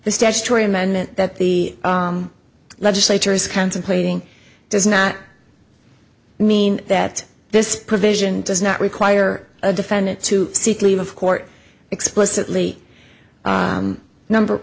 the statutory amendment that the legislature is contemplating does not mean that this provision does not require a defendant to seek leave of court explicitly number